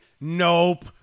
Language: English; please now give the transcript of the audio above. nope